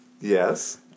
Yes